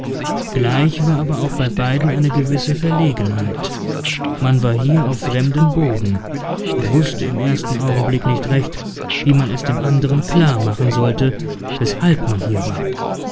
gleich war aber auch bei beiden eine gewisse verlegenheit man war hier auf fremdem boden und wußte im ersten augenblick nicht recht wie man es dem anderen klar machen sollte weshalb man hier war